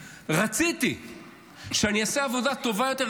רציתי שאני אעשה עבודה טובה יותר,